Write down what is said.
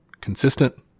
consistent